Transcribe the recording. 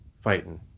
fighting